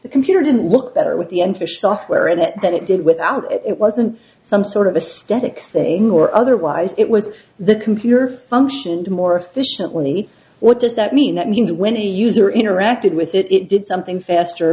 the computer didn't look better with the enter software in it that it did without it wasn't some sort of a static thing or otherwise it was the computer functioned more efficiently what does that mean that means when a user interacted with it it did something faster